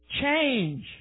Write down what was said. Change